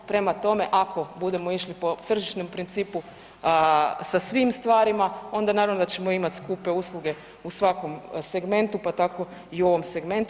Prema tome, ako budemo išli po tržišnom principu sa svim stvarima onda naravno da ćemo imati skupe usluge u svakom segmentu pa tako i u ovom segmentu.